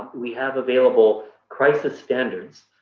we have available crisis standards.